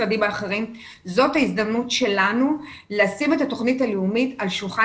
זו ההזדמנות שלנו לשים את התוכנית הלאומית על שולחן